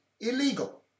illegal